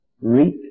reap